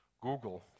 Google